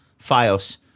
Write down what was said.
Fios